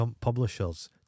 publishers